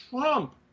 Trump